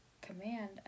command